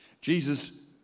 Jesus